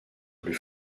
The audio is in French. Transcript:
plus